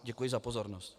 Děkuji za pozornost.